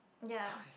ya